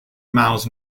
miles